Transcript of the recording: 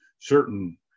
certain